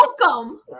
welcome